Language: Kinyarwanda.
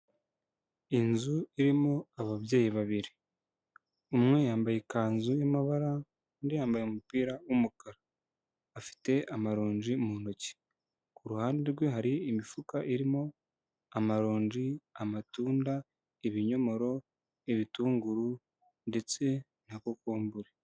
Inzu irimo ababyeyi babiri umwe yambaye ikanzu y'amabara undi yambaye umupira w'umukara afite amaronji mu ntoki kuru ruhande rwe hari imifuka irimo amaronji, amatunda ibinyomoro n'ibitunguru ndetse na kokombure.